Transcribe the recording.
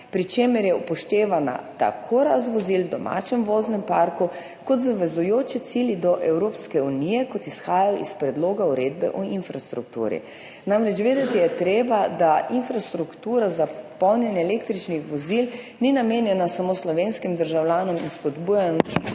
pri čemer so upoštevani tako rast vozil v domačem voznem parku kot zavezujoči cilji do Evropske unije, kot izhajajo iz predloga uredbe o infrastrukturi. Namreč, vedeti je treba, da infrastruktura za polnjenje električnih vozil ni namenjena samo slovenskim državljanom in